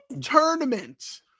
tournament